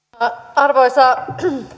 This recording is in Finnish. arvoisa